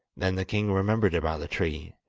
then the king remembered about the tree,